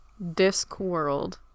Discworld